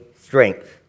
strength